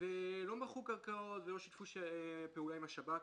ולא מכרו קרקעות ולא שיתפו פעולה עם השב"כ,